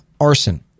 arson